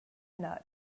nut